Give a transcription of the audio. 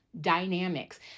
dynamics